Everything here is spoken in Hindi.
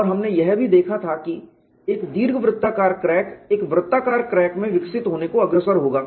और हमने यह भी देखा था कि एक दीर्घवृत्ताकार क्रैक एक वृत्ताकार क्रैक में विकसित होने को अग्रसर होगा